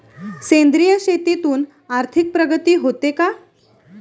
सेंद्रिय शेतीतून आर्थिक प्रगती होते का?